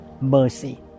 mercy